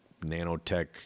nanotech